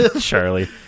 Charlie